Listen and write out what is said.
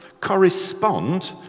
correspond